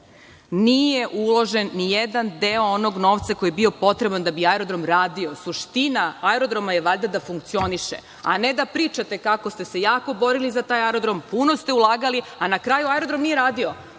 nije uložen nijedan deo onog novca koji je bio potreban da bi aerodrom radio. Suština aerodroma je valjda da funkcioniše, a ne da pričate kako ste se jako borili za taj aerodrom, puno ste ulagali, a na kraju aerodrom nije